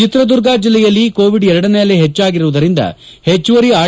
ಚಿತ್ರದುರ್ಗ ಜಿಲ್ಲೆಯಲ್ಲಿ ಕೋವಿಡ್ ಎರಡನೇ ಅಲೆ ಹೆಚ್ಚಾಗಿರುವುದರಿಂದ ಹೆಚ್ಚುವರಿ ಆರ್